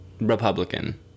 Republican